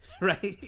right